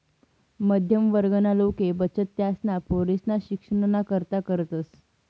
मध्यम वर्गना लोके बचत त्यासना पोरेसना शिक्षणना करता करतस